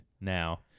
now